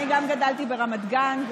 אני גם גדלתי ברמת גן,